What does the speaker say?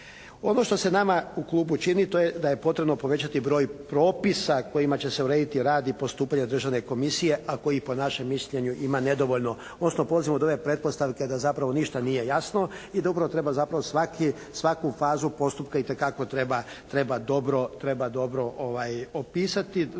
Ono što se nama u klubu čini, to je da je potrebno povećati broj propisa kojima će se urediti rad i postupanje državne komisije, a kojih po našem mišljenju ima nedovoljno, odnosno polazim od ove pretpostavke da zapravo ništa nije jasno i da upravo treba zapravo svaku fazu postupka itekako treba dobro opisati